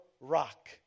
rock